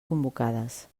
convocades